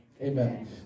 Amen